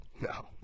No